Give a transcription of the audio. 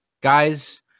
guys